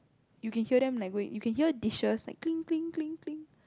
you can hear them like going you can hear dishes like cling cling cling